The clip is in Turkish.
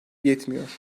yetmiyor